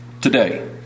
today